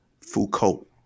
Foucault